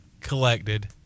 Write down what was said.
collected